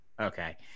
okay